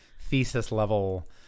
thesis-level